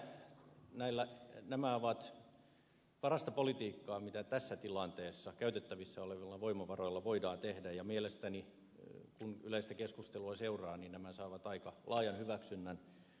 uskon että nämä ovat parasta politiikkaa mitä tässä tilanteessa käytettävissä olevilla voimavaroilla voidaan tehdä ja mielestäni kun yleistä keskustelua seuraa nämä saavat aika laajan hyväksynnän yhteiskunnassa